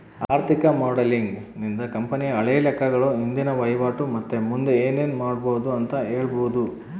ಆರ್ಥಿಕ ಮಾಡೆಲಿಂಗ್ ನಿಂದ ಕಂಪನಿಯ ಹಳೆ ಲೆಕ್ಕಗಳು, ಇಂದಿನ ವಹಿವಾಟು ಮತ್ತೆ ಮುಂದೆ ಏನೆನು ಮಾಡಬೊದು ಅಂತ ಹೇಳಬೊದು